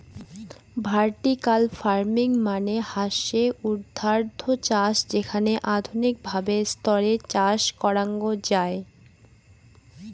vertical farming মানে হসে উর্ধ্বাধ চাষ যেখানে আধুনিক ভাবে স্তরে চাষ করাঙ যাই